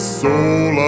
soul